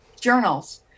journals